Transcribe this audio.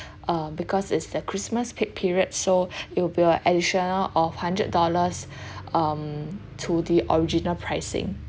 uh because it's the christmas peak period so it will be a additional of hundred dollars um to the original pricing